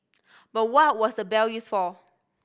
but what was the bell used for